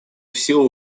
силу